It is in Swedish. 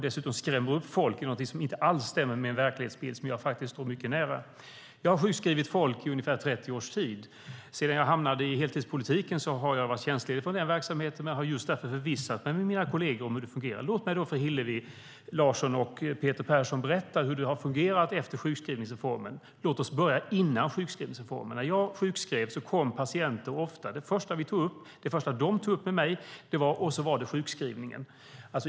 Dessutom skrämmer hon upp folk med någonting som inte alls stämmer med en verklighetsbild som jag står mycket nära. Jag har sjukskrivit folk i ungefär 30 års tid. Sedan jag hamnade i heltidspolitiken har jag varit tjänstledig från denna verksamhet, men jag har just därför förvissat mig med mina kolleger om hur det fungerar. Låt mig för Hillevi Larsson och Peter Persson berätta hur det har fungerat efter sjukskrivningsreformen. Låt oss börja med hur det var före sjukskrivningsreformerna. När jag sjukskrev var detta det första som patienter tog upp med mig: Och så var det sjukskrivningen!